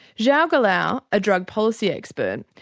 joao goulao, a drug policy expert,